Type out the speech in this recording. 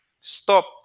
stop